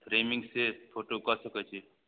फ्रेमिन्गसे photo कऽ सकै छी